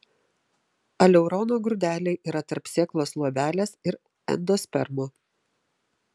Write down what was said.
aleurono grūdeliai yra tarp sėklos luobelės ir endospermo